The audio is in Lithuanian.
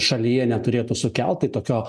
šalyje neturėtų sukelt tai tokio